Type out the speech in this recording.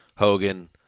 Hogan